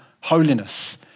holiness